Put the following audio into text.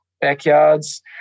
backyards